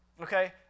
Okay